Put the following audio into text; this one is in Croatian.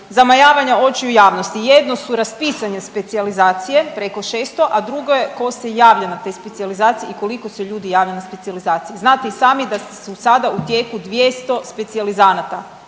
zamajavanja očiju javnosti. Jedno su raspisane specijalizacije preko 600, a drugo je ko se javlja na te specijalizacije i koliko se ljudi javljaju na specijalizacije. Znate i sami da su sada u tijeku 200 specijalizanata,